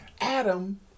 Adam